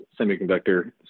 semiconductor